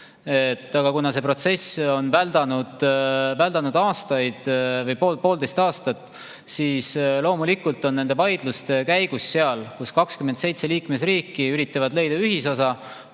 Aga kuna see protsess on kestnud poolteist aastat, siis loomulikult on nende vaidluste käigus, kus 27 liikmesriiki üritavad leida ühisosa,